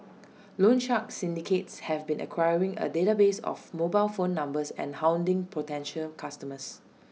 loan shark syndicates have been acquiring A database of mobile phone numbers and hounding potential customers